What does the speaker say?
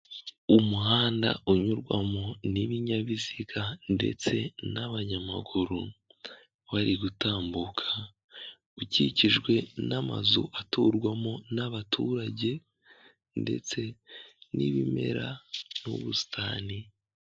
Umuhanda unyurwamo n'ibinyabiziga ndetse n'abanyamaguru bari gutambuka, ukikijwe n'amazu aturwamo n'abaturage ndetse n'ibimera n'ubusitani.